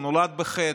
הוא נולד בחטא,